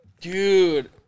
Dude